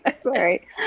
Sorry